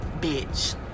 bitch